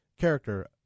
character